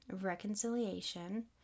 reconciliation